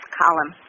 column